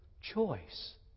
choice